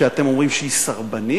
שאתם אומרים שהיא סרבנית,